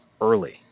early